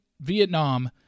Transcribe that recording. Vietnam